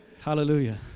Hallelujah